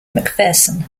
mcpherson